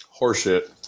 Horseshit